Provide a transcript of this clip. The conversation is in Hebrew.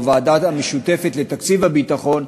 או הוועדה המשותפת לתקציב הביטחון,